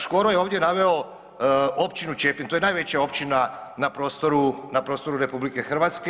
Škoro je ovdje naveo općinu Čepin, to je najveća općina na prostoru RH.